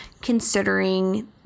considering